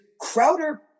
Crowder